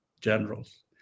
generals